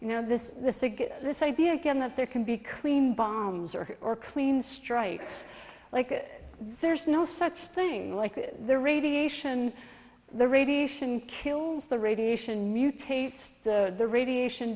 you know this this idea again that there can be clean bombs or or clean strikes like there's no such thing like the radiation the radiation kills the radiation mutates the radiation